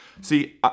See